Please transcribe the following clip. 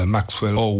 Maxwell